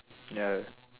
ya